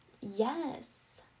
yes